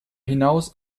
hinaus